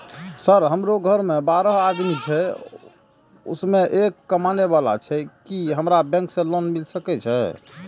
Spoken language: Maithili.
सर हमरो घर में बारह आदमी छे उसमें एक कमाने वाला छे की हमरा बैंक से लोन मिल सके छे?